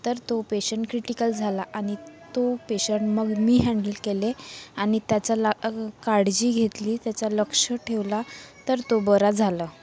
तर तो patient critical झाला आणि तो पेशंट मग मी हँडल केला आणि त्याचा ला काळजी घेतली त्याचं लक्ष ठेवला तर तो बरा झाला